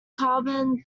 carbon